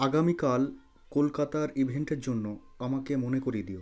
আগামীকাল কলকাতার ইভেন্টের জন্য আমাকে মনে করিয়ে দিও